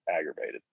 aggravated